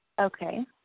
Okay